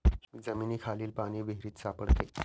जमिनीखालील पाणी विहिरीत सापडते